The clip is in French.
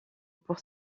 pour